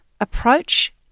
approach